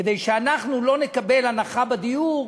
כדי שאנחנו לא נקבל הנחה בדיור,